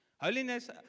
Holiness